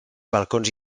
balcons